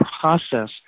process